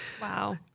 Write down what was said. Wow